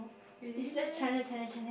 really meh